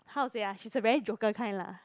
how to say ah she's a very joker kind lah